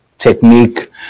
Technique